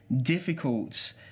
difficult